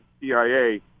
CIA